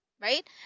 right